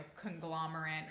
conglomerate